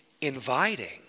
inviting